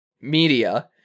media